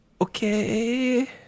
Okay